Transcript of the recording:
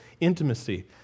intimacy